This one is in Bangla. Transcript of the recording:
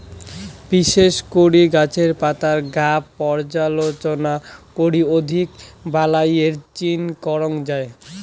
বিশেষ করি গছের পাতার গাব পর্যালোচনা করি অধিক বালাইয়ের চিন করাং যাই